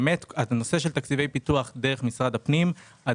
באמת נושא תקציבי פיתוח דרך משרד הפנים נמצא